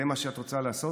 זה מה שאת רוצה לעשות?